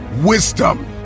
wisdom